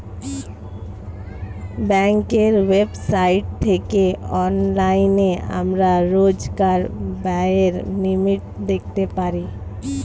ব্যাঙ্কের ওয়েবসাইট থেকে অনলাইনে আমরা রোজকার ব্যায়ের লিমিট দেখতে পারি